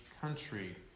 country